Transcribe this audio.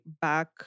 back